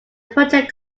project